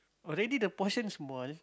already the portion small